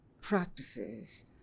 practices